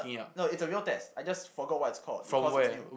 no it's a real test I just forgot what it's called because it's new